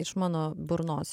iš mano burnos